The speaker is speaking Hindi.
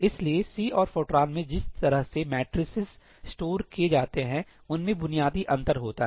इसलिए सी और फोरट्रान में जिस तरह से मैट्रिसेस स्टोर किए जाते हैं उसमें बुनियादी अंतर होता है